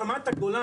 ברמת הגולן,